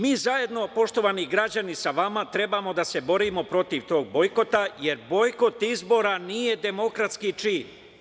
Mi zajedno, poštovani građani, sa vama trebamo da se borimo protiv tog bojkota, jer bojkot izbora nije demokratski čin.